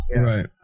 Right